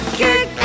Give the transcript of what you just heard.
kick